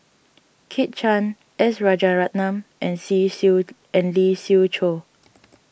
Kit Chan S Rajaratnam and See Siew and Lee Siew Choh